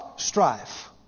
strife